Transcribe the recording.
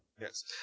Yes